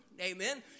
Amen